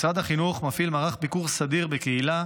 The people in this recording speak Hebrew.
משרד החינוך מפעיל מערך ביקור סדיר בקהילה,